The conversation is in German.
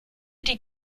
die